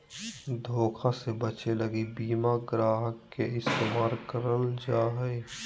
धोखा से बचे लगी बीमा ग्राहक के इस्तेमाल करल जा हय